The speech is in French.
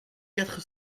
quatre